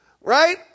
Right